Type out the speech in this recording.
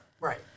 right